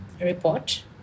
report